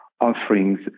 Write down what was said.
offerings